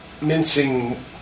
mincing